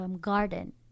garden